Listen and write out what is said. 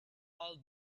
all